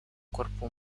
cuerpo